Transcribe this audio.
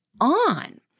on